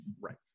right